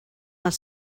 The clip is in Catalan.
els